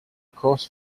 across